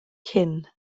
cyn